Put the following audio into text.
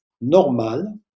normal